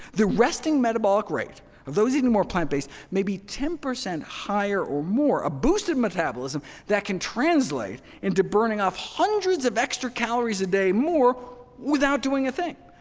the resting metabolic rate of those eating more plant-based may be ten percent higher, or more ah boosted metabolism that can translate into burning off hundreds of extra calories a day more without doing a thing.